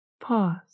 Pause